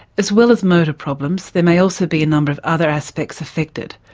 as well as motor problems there may also be a number of other aspects affected.